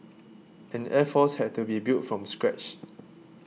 an air force had to be built from scratch